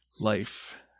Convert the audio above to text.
life